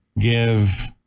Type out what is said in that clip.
give